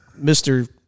Mr